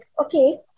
okay